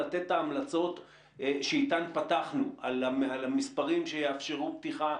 לתת את המלצות שאיתן פתחנו על המספרים שיאפשרו פתיחה,